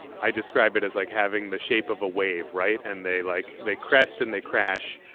i describe it as like having the shape of a wave. right. and they like they crest and they crash.